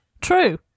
true